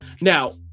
Now